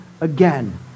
again